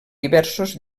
diversos